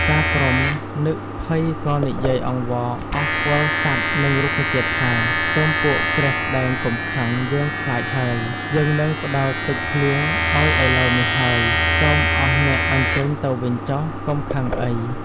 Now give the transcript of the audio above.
តាព្រហ្មនិក ភ័យក៏និយាយអង្វរអស់ពលសត្វនិងរុក្ខជាតិថា “ សូមពួកព្រះស្ដែងកុំខឹង យើងខ្លាច ហើយ យើងនឹងផ្តល់ទឹកភ្លៀងឱ្យឥឡូវនេះហើយ សូមអស់អ្នកអញ្ជើញទៅវិញចុះកុំ ខឹងអី”។